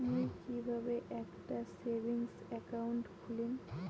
মুই কিভাবে একটা সেভিংস অ্যাকাউন্ট খুলিম?